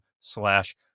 slash